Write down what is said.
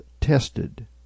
tested